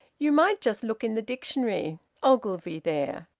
you might just look in the dictionary ogilvie there,